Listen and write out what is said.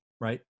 right